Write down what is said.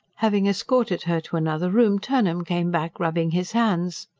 having escorted her to another room, turnham came back rubbing his hands.